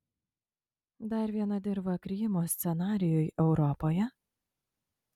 dar viena dirva krymo scenarijui europoje